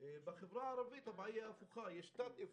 בחברה הערבית הבעיה הפוכה יש תת-אבחון,